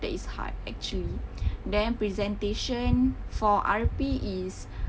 that is hard actually then presentation for R_P is